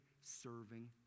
serving